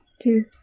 Two